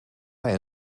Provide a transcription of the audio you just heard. hij